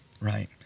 right